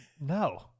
No